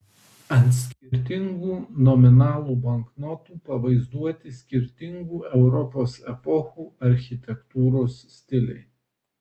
ant skirtingų nominalų banknotų pavaizduoti skirtingų europos epochų architektūros stiliai